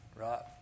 Right